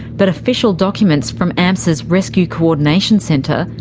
but official documents from amsa's rescue coordination centre,